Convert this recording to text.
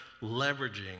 leveraging